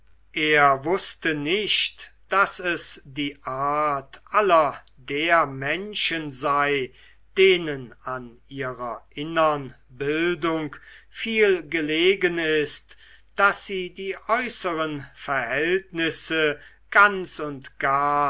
er wußte nicht daß es die art aller der menschen sei denen an ihrer innern bildung viel gelegen ist daß sie die äußeren verhältnisse ganz und gar